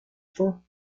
store